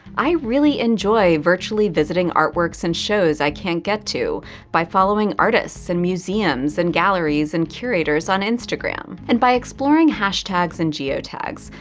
i really enjoy virtually visiting artworks and shows i can't get to by following artists and museums and galleries and curators on instagram. and by exploring hashtags and geotags,